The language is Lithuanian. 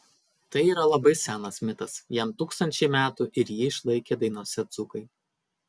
tai yra labai senas mitas jam tūkstančiai metų ir jį išlaikė dainose dzūkai